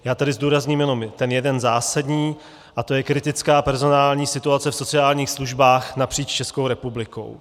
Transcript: Já tady zdůrazním jenom ten jeden zásadní a tím je kritická personální situace v sociálních službách napříč Českou republikou.